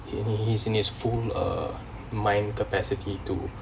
in he he's in his full uh mind capacity to